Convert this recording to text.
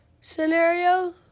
scenario